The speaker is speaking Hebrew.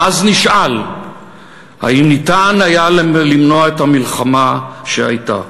ואז נשאל אם ניתן היה למנוע את המלחמה שהייתה.